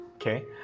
Okay